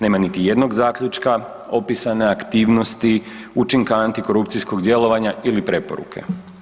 Nemam niti jednog zaključka, opisane aktivnosti, učinka antikorupcijskog djelovanja ili preporuke.